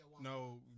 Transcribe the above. No